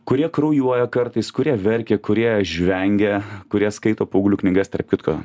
kurie kraujuoja kartais kurie verkia kurie žvengia kurie skaito paauglių knygas tarp kitko